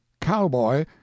Cowboy